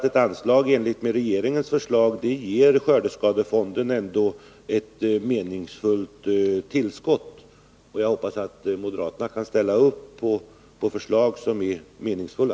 Ett anslag i enlighet med regeringens förslag ger skördeskadefonden ett meningsfullt tillskott. Jag hoppas att moderaterna kan ställa upp på förslag som är meningsfulla.